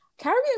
Caribbean